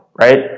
Right